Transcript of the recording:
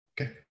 Okay